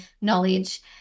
knowledge